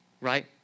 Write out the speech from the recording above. right